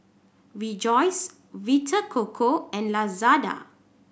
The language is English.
Rejoice Vita Coco and Lazada